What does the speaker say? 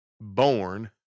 born